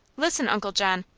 listen, uncle john.